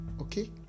okay